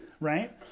right